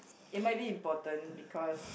it might be important because